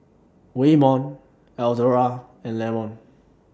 Waymon Eldora and Lamont